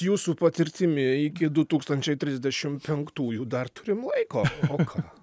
jūsų patirtimi iki du tūkstančiai trisdešim penktųjų dar turim laiko o ką